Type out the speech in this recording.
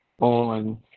on